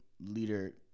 leader